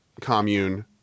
commune